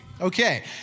Okay